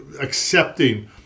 accepting